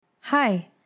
Hi